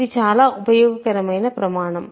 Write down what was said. ఇది చాలా ఉపయోగకరమైన ప్రమాణం